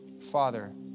Father